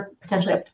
potentially